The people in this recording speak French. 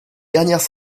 dernières